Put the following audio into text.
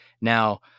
Now